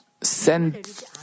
send